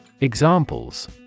Examples